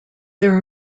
there